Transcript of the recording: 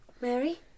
Mary